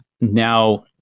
Now